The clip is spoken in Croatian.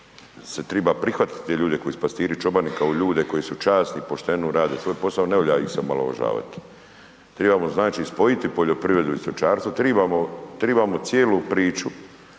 se triba prihvatiti te ljude koji su pastiri i čobani kao ljude koji su časni i pošteno rade svoj posao, ne valja ih se omalovažavat. Tribamo znači spojiti poljoprivredu i stočarstvo, tribamo, tribamo cijelu priču